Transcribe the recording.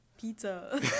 pizza